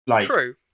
True